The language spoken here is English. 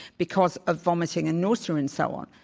because of vomiting, and nausea, and so on.